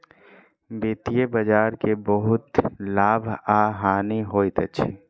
वित्तीय बजार के बहुत लाभ आ हानि होइत अछि